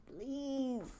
please